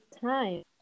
time